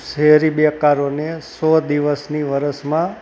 શહેરી બેકારોને સો દિવસની વર્ષમાં